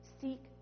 seek